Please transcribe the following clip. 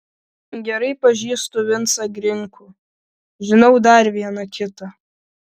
gerai pažįstu vincą grinkų žinau dar vieną kitą